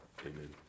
Amen